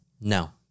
No